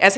as